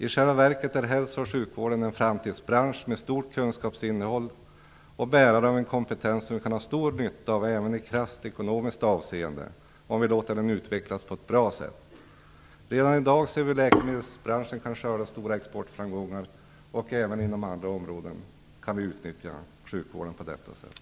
I själva verket är hälso och sjukvården en framtidsbransch med stort kunskapsinnehåll och bärare av en kompetens som vi kan ha stor nytta av även i krasst ekonomiskt avseende om vi låter den utvecklas på ett bra sätt. Redan i dag ser vi hur läkemedelsbranschen kan skörda stora exportframgångar. Även inom andra områden kan vi utnyttja sjukvården på detta sätt.